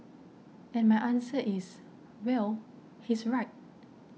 and my answer is well he's right